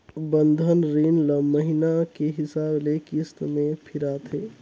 बंधन रीन ल महिना के हिसाब ले किस्त में फिराथें